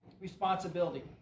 responsibility